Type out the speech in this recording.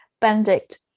Benedict